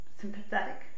sympathetic